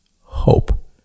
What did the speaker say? hope